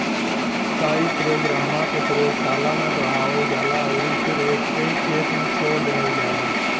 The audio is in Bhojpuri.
टाईक्रोग्रामा के प्रयोगशाला में बढ़ावल जाला अउरी फिर एके खेत में छोड़ देहल जाला